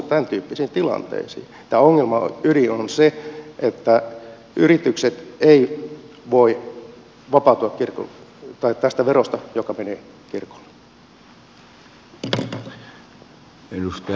tämä ongelman ydin on se että yritykset eivät voi vapautua tästä verosta joka menee kirkolle